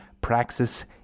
Praxis